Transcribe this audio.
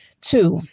Two